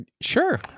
Sure